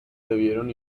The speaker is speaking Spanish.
debieron